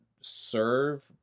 serve